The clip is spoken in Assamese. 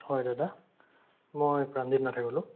হয় দাদা মই প্ৰাণজিৎ নাথে ক'লোঁ